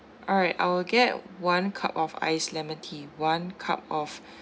alright I will get one cup of ice lemon tea one cup of